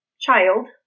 child